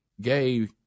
gay